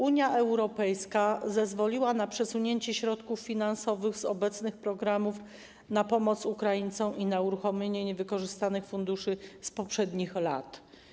Unia Europejska zezwoliła na przesunięcie środków finansowych z obecnych programów na pomoc Ukraińcom i na uruchomienie niewykorzystanych funduszy z poprzednich lat.